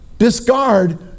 Discard